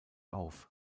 auf